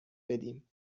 بدیم